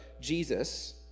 Jesus